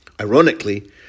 Ironically